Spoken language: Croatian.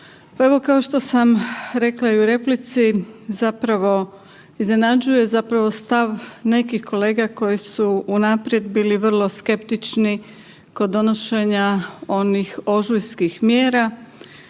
evo kao što sam rekla i u replici iznenađuje stav nekih kolega koji su unaprijed bili vrlo skeptični kod donošenja onih ožujskih mjera,